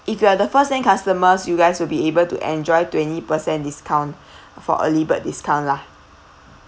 if you are the first ten customers you guys will be able to enjoy twenty percent discount for early bird discount lah